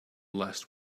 last